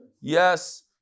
Yes